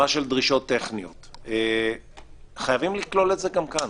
הוא פוזיטיב, זה בסדר.